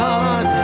God